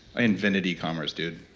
i invented e-commerce, dude.